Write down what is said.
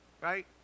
right